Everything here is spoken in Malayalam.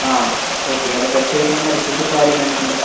ആ ഓക്കെ അത് ടെസ്റ്റ് ചെയ്തിട്ട് അതിന്റെ റിസൾട്ട് ഇപ്പം ആരെയാണ് കാണിക്കേണ്ടത്